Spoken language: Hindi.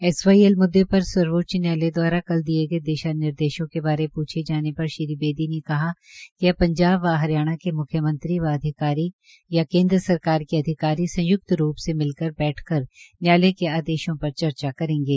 एसवाईएल मुद्दे पर सर्वोच्च न्यायालय द्वारा कल दिए गए दिशा निर्देशों के बारे पूछे जाने पर श्री बेदी ने कहा कि अब पंजाब व हरियाणा के म्ख्यमंत्री व अधिकारी या केन्द्र सरकार के अधिकारी संय्क्त रूप से मिलकर बैठक कर न्यायायलय के आदेशों पर चर्चा करेंगे